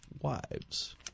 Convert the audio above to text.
wives